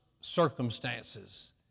circumstances